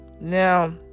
Now